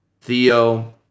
Theo